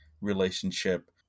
relationship